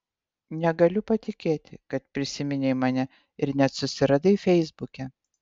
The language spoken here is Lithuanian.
negaliu patikėti kad prisiminei mane ir net susiradai feisbuke